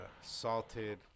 Salted